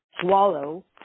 swallow